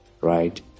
right